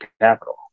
capital